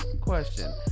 question